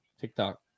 TikTok